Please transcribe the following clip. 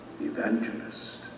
Evangelist